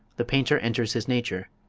the painter enters his nature,